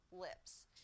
lips